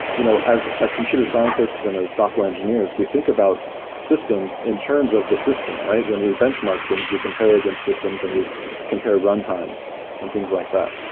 you know as as computer scientists and as software engineers, we think about systems in terms of the system, right? when we benchmark things, we compare against systems and we compare runtimes and things like that.